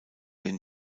den